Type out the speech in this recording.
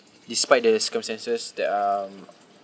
despite the circumstances that um